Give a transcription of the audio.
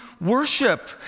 worship